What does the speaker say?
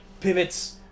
pivots